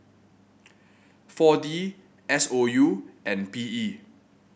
four D S O U and B E